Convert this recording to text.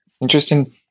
interesting